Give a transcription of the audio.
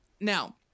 now